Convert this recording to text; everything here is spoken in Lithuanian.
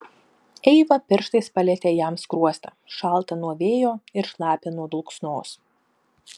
eiva pirštais palietė jam skruostą šaltą nuo vėjo ir šlapią nuo dulksnos